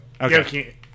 okay